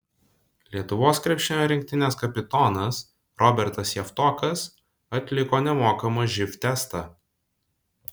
lietuvos krepšinio rinktinės kapitonas robertas javtokas atliko nemokamą živ testą